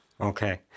Okay